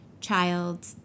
child